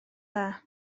dda